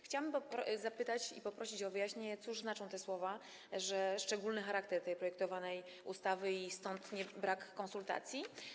Chciałabym zapytać i poprosić o wyjaśnienie, co znaczą te słowa, że szczególny charakter projektowanej ustawy wpłynął na brak konsultacji.